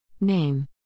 Name